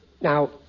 Now